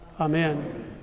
Amen